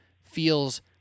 feels